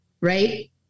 Right